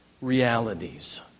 realities